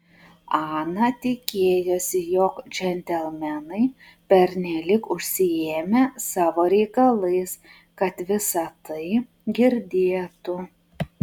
ana tikėjosi jog džentelmenai pernelyg užsiėmę savo reikalais kad visa tai girdėtų